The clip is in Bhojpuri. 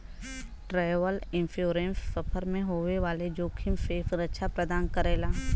ट्रैवल इंश्योरेंस सफर में होए वाले जोखिम से सुरक्षा प्रदान करला